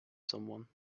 someone